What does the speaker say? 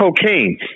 cocaine